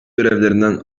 görevlerinden